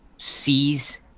sees